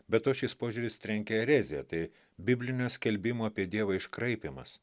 be to šis požiūris trenkia erezija tai biblinio skelbimo apie dievą iškraipymas